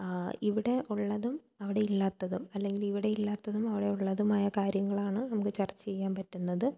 ഇവിടെ ഉള്ളതും അവിടെ ഇല്ലാത്തതും അല്ലെങ്കിൽ ഇവിടെ ഇല്ലാത്തതും അവിടെ ഉള്ളതുമായ കാര്യങ്ങളാണ് നമുക്ക് ചർച്ച ചെയ്യാൻ പറ്റുന്നത്